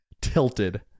tilted